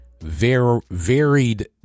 varied